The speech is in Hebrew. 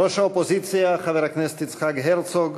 ראש האופוזיציה חבר הכנסת יצחק הרצוג,